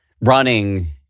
running